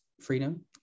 freedom